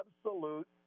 absolute